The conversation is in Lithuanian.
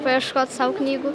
paieškot sau knygų